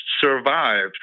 survived